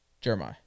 Jeremiah